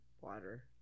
water